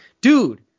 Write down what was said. dude